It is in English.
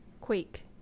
quake